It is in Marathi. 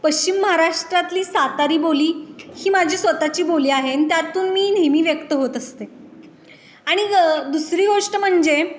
पश्चिम महाराष्ट्रातली सातारी बोली ही माझी स्वतःची बोली आहे अन् त्यातून मी नेहमी व्यक्त होत असते आणि दुसरी गोष्ट म्हणजे